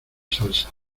salsa